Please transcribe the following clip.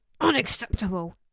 unacceptable